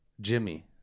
Jimmy